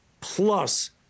plus